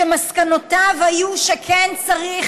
שמסקנותיו היו שכן צריך